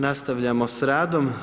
Nastavljamo s radom.